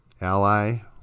ally